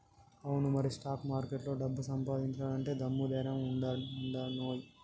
అవును మరి స్టాక్ మార్కెట్లో డబ్బు సంపాదించాలంటే దమ్ము ధైర్యం ఉండానోయ్